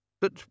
But